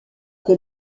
que